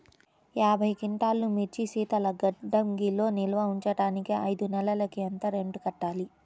యాభై క్వింటాల్లు మిర్చి శీతల గిడ్డంగిలో నిల్వ ఉంచటానికి ఐదు నెలలకి ఎంత రెంట్ కట్టాలి?